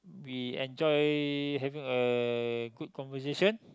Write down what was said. we enjoy having a good conversation